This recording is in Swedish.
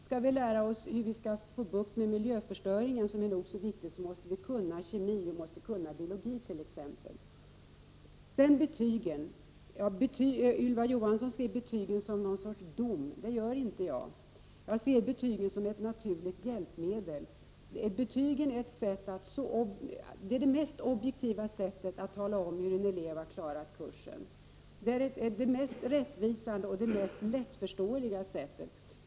Skall vi lära oss hur man får bukt med miljöförstöringen, som är nog så viktigt, så måste vi kunna t.ex. kemi och biologi. Ylva Johansson ser betygen som någon sorts dom. Det gör inte jag. Jag ser betygen som ett naturligt hjälpmedel. Betyg är det mest objektiva sättet att tala om hur en elev har klarat kursen. Det är det mest rättvisande och det mest lättförståeliga sättet.